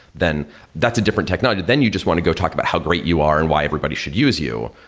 then that's a different technology. then you just want to go talk about how great you are and why everybody should use you.